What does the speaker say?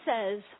says